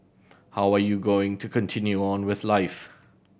how are you going to continue on with life